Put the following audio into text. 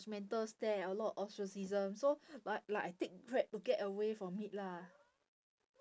~gemental stare a lot of so like like I take Grab to get away from it lah